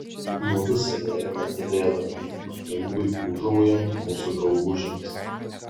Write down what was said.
mudu sėdėjome tylėdami aplinkui ūžaujant mūsų draugužiams